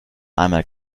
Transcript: einmal